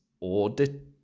audit